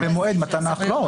אפשר להוסיף במועד מתן ההחלטה.